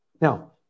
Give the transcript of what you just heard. Now